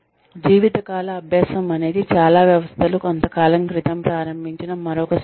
జీవితకాల అభ్యాసం అనేది చాలా వ్యవస్థలు కొంతకాలం క్రితం ప్రారంభించిన మరొక సిస్టం